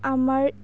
আমাৰ